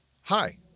hi